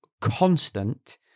constant